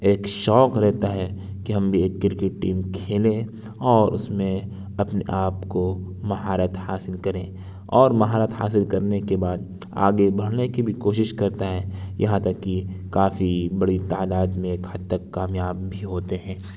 ایک شوق رہتا ہے کہ ہم بھی ایک کرکٹ ٹیم کھیلیں اور اس میں اپنے آپ کو مہارت حاصل کریں اور مہارت حاصل کرنے کے بعد آگے بڑھنے کی بھی کوشش کرتا ہے یہاں تک کہ کافی بڑی تعداد میں ایک حد تک کامیاب بھی ہوتے ہیں